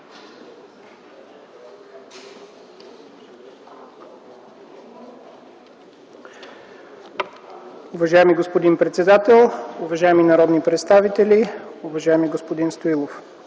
Уважаеми господин председател, уважаеми народни представители! Уважаеми господин Стоилов,